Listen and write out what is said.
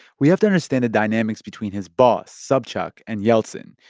we have to understand the dynamics between his boss, sobchak, and yeltsin,